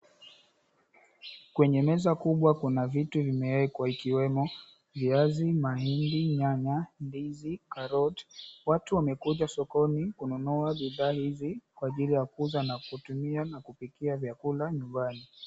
Kwenye meza kubwa kuna vitu vimewekwa ikiwemo, viazi, mahindi, nyanya, ndizi, karoti. Watu wamekuja sokoni kununua bidhaa hizi kwa ajili ya kuuza na kutumia na kupikia vyakula nyumbani.